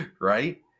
right